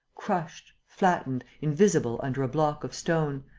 crushed, flattened, invisible under a block of stone,